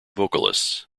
vocalists